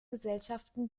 gesellschaften